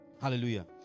Hallelujah